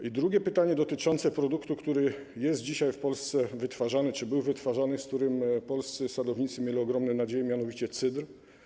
I drugie pytanie, dotyczące produktu, który jest dzisiaj w Polsce wytwarzany czy był wytwarzany, z którym polscy sadownicy wiązali ogromne nadzieje, mianowicie: cydr.